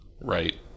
Right